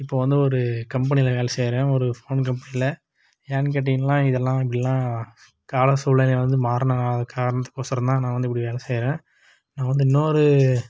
இப்போ வந்து ஒரு கம்பெனியில் வேலை செய்கிறேன் ஒரு ஃபோன் கம்பெனியில் ஏன்னு கேட்டீங்கள்னா இதல்லாம் எப்படிலா கால சூழ்நிலை வந்து மாறின காரணத்துக்கோசரம் தான் நான் வந்து இப்படி வேலை செய்கிறேன் நான் வந்து இன்னொரு